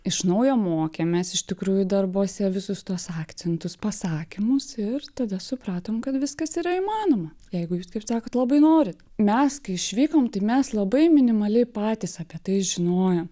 iš naujo mokėmės iš tikrųjų darbuose visus tuos akcentus pasakymus ir tada supratom kad viskas yra įmanoma jeigu jūs kaip sakot labai norit mes kai išvykom tai mes labai minimaliai patys apie tai žinojom